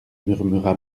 murmura